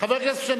חבר הכנסת,